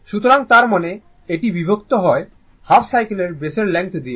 সুতরাং তার মানে এটি বিভক্ত হয় হাফ সাইকেলের বেসের লেংথ দিয়ে